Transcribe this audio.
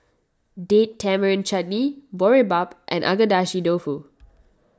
Date Tamarind Chutney Boribap and Agedashi Dofu